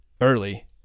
early